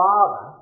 Father